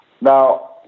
Now